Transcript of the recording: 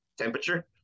temperature